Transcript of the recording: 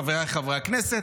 חבריי חברי הכנסת,